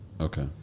Okay